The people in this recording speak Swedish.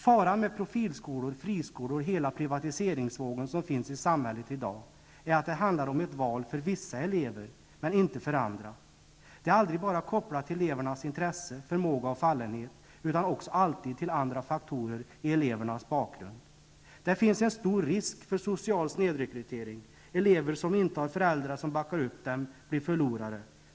''Faran med profilskolor, friskolor och hela privatiseringsvågen som finns i samhället i dag är att det handlar om ett val för vissa elever, men inte för andra. Det är aldrig bara kopplat till elevernas intresse, förmåga och fallenhet, utan också alltid till andra faktorer i elevernas bakgrund. Det finns en stor risk för social snedrekrytering. Elever som inte har föräldrar som backar upp dem blir förlorare.